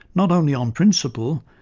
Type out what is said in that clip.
not only on principle,